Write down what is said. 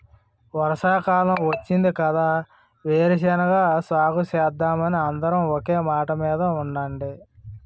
వర్షాకాలం వచ్చింది కదా వేరుశెనగ సాగుసేద్దామని అందరం ఒకే మాటమీద ఉండండి